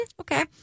Okay